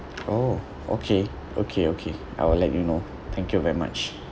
oh okay okay okay I will let you know thank you very much